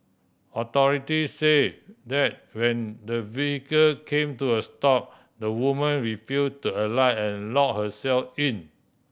authority say that when the vehicle came to a stop the woman refuse to alight and lock herself in